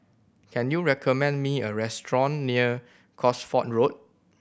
can you recommend me a restaurant near Cosford Road